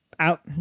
Out